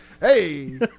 hey